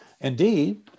Indeed